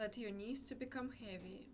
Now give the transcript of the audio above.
let your knees to become heavy